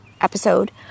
episode